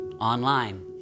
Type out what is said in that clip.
online